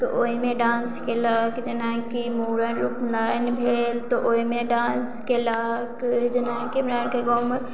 तऽ ओहिमे डान्स केलक जेनाकि मूड़न उपनयन भेल तऽ ओहिमे डांस केलक जेनाकि हमरा आरके गाँवमे